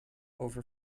over